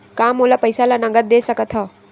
का मोला पईसा ला नगद दे सकत हव?